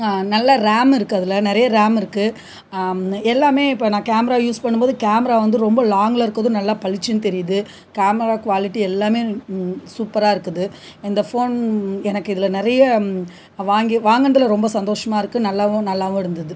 நல்ல ரேமிருக்கு அதில் நிறைய ரேமிருக்கு எல்லாமே இப்போது நான் கேமரா யூஸ் பண்ணும்போது கேமரா வந்து ரொம்ப லாங்கிலருக்கறதும் நல்லா பளிச்சுனு தெரியுது கேமரா க்வாலிட்டி எல்லாமே சூப்பராக இருக்குது இந்த ஃபோன் எனக்கு இதில் நிறைய வாங்கி வாங்கினதில் ரொம்ப சந்தோஷமாயிருக்கு நல்லாவும் நல்லாவும் இருந்தது